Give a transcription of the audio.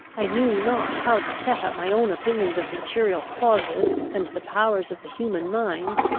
i knew not how to set up my own opinions of material causes and the powers of the human mind,